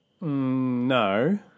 No